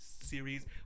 series